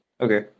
Okay